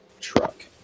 truck